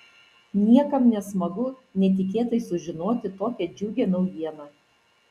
niekam nesmagu netikėtai sužinoti tokią džiugią naujieną